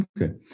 Okay